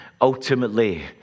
ultimately